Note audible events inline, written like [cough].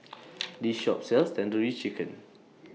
[noise] [noise] This Shop sells Tandoori Chicken